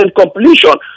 completion